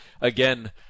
again